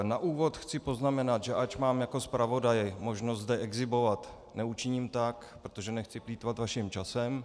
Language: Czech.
Na úvod chci poznamenat, že ač mám jako zpravodaj možnost zde exhibovat, neučiním tak, protože nechci plýtvat vaším časem.